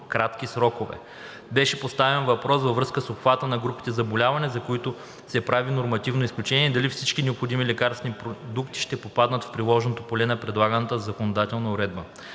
кратки срокове. Беше поставен въпрос във връзка с обхвата на групите заболявания, за които се прави нормативно изключение, и дали всички необходими лекарствени продукти ще попадат в приложното поле на предлаганата законодателна уредба.